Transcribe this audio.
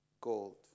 gold